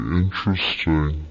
interesting